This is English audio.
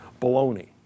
Baloney